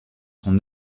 son